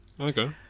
Okay